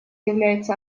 является